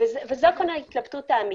זו ההתלבטות האמיתית.